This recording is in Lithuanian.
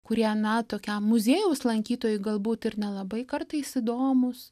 kurie na tokiam muziejaus lankytojui galbūt ir nelabai kartais įdomūs